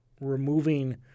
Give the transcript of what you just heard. removing